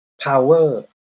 power